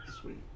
Sweet